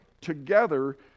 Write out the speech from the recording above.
together